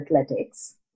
Athletics